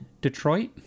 Detroit